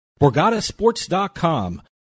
BorgataSports.com